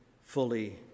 fully